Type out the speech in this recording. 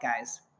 guys